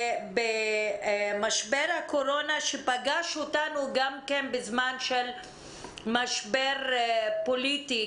במשבר הקורונה שפגש אותנו בזמן של משבר פוליטי,